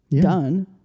done